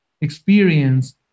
experience